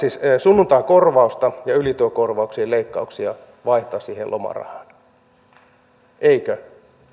sunnuntaikorvausta ja ylityökorvauksien leikkauksia vaihtaa siihen lomarahaan eikö tämä kysymys